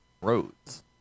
Roads